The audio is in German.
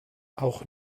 auch